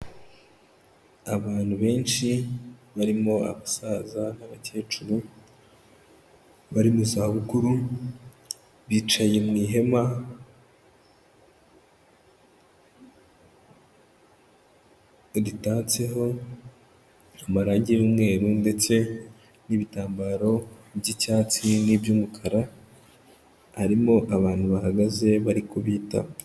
Abantu benshi barimo abasaza n'abakecuru bari mu zabukuru, bicaye mu ihema ritatseho amarange y'umweru ndetse n'ibitambaro by'icyatsi n'iby'umukara, harimo abantu bahagaze bari kubitaho.